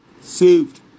saved